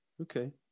Okay